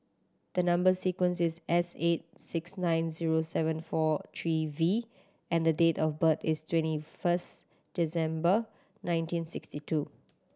the number sequence is S eight six nine zero seven four three V and the date of birth is twenty first December nineteen sixty two